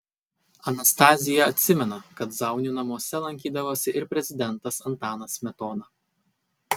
anastazija atsimena kad zaunių namuose lankydavosi ir prezidentas antanas smetona